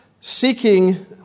seeking